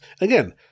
Again